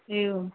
एवं